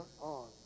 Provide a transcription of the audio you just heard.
on